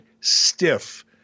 stiff